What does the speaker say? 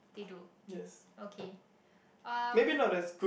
they do okay um